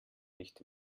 nicht